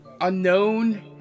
Unknown